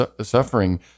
suffering